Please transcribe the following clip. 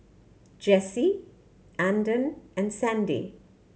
Jessie Andon and Sandi